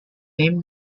name